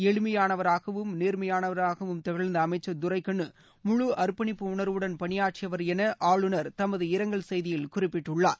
எனிமையானவராகவும் நேர்மையானவராகவும் திகழ்ந்த அமைச்சர் தரைகண்ணு முழு அர்ப்பனிப்பு உணா்வுடன் பணியாற்றிவா் என ஆளுநா் தமது இரங்கல் செய்தியில் குறிப்பிட்டுள்ளார்